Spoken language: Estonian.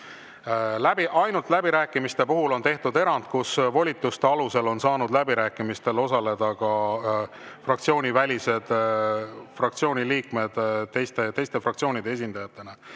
Ainult läbirääkimiste puhul on tehtud erand. Volituse alusel on saanud läbirääkimistel osaleda ka fraktsioonivälised Riigikogu liikmed teiste fraktsioonide esindajatena.